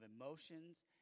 emotions